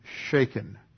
shaken